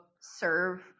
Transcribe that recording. serve